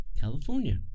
California